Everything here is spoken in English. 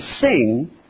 sing